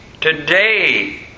Today